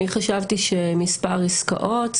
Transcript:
אני חשבתי שמספר עסקאות,